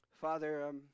Father